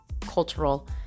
cultural